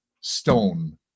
stone